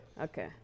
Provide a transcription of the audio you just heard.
okay